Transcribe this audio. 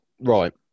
right